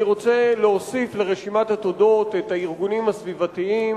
אני רוצה להוסיף לרשימת התודות את הארגונים הסביבתיים